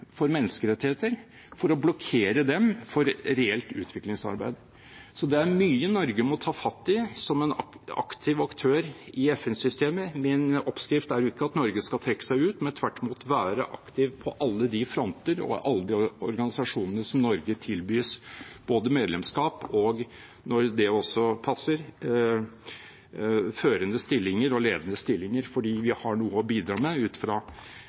for menneskerettigheter for å blokkere dem for reelt utviklingsarbeid. Så det er mye Norge må ta fatt i som en aktiv aktør i FN-systemet. Min oppskrift er ikke at Norge skal trekke seg ut, men tvert imot være aktiv på alle de fronter og i alle de organisasjonene som Norge tilbys både medlemskap i og, når det passer, også førende og ledende stillinger, fordi vi har noe å bidra med ut fra